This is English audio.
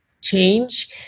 change